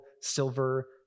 silver